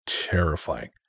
terrifying